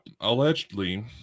allegedly